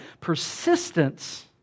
Persistence